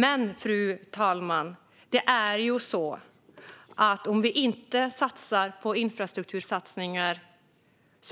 Men, fru talman, om vi inte satsar på infrastruktur